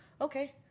okay